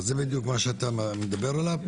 אז, זה בדיוק מה שאני מדבר עליו.